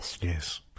yes